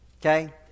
Okay